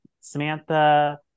Samantha